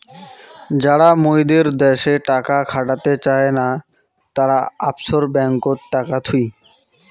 যারা মুইদের দ্যাশে টাকা খাটাতে চায় না, তারা অফশোর ব্যাঙ্ককোত টাকা থুই